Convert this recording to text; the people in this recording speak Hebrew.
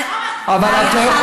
אבל לומדים